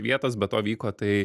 vietos be to vyko tai